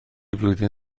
flwyddyn